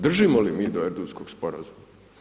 Držimo li mi do Erdutskog sporazuma?